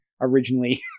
originally